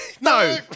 No